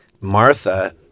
Martha